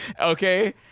okay